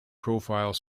profile